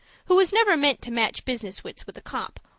who was never meant to match business wits with a copp,